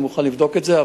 אני מוכן לבדוק את זה,